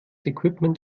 equipment